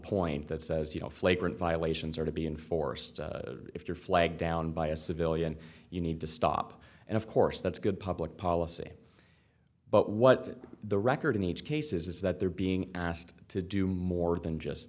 point that says you know flagrant violations are to be enforced if you're flagged down by a civilian you need to stop and of course that's good public policy but what the record in each case is that they're being asked to do more than just